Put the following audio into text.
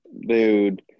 Dude